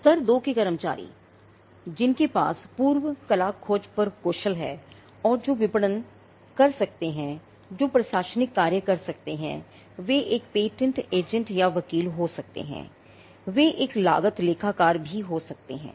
स्तर 2 के कर्मचारी जिनके पास पूर्व कला खोज पर कौशल है और जो विपणन कर सकते हैं जो प्रशासनिक कार्य कर सकते हैं वे एक पेटेंट एजेंट या वकील हो सकते हैं वे एक लागत लेखाकार भी हो सकते हैं